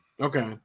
Okay